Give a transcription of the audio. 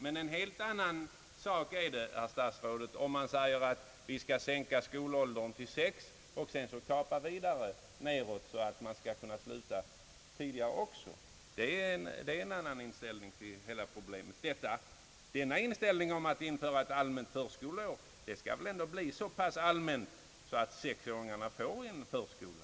Men en helt annan sak är det, herr statsråd, om man säger att vi skall sänka skolåldern till sex år — och i konsekvens härmed låta eleverna avsluta sin skolgång ett år tidigare. Detta visar en helt annan inställning till hela problemet. Inställningen att införa ett allmänt förskoleår skall väl ändå bli så pass allmän, att sexåringarna får en förskola.